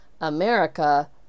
america